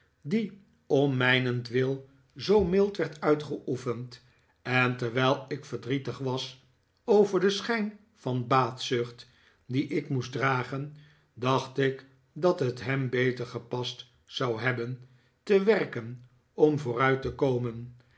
die om mijnentwil zoo mild werd uitgeoefend en terwijl ik verdrietig was over den schijn van baatzucht dien ik moest dragen dacht ik dat het hem beter gepast zou hebben te werken om vooruit te komen